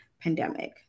pandemic